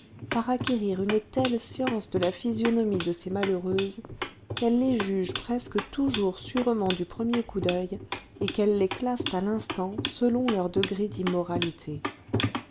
par acquérir une telle science de la physionomie de ces malheureuses qu'elles les jugent presque toujours sûrement du premier coup d'oeil et qu'elles les classent à l'instant selon leur degré d'immoralité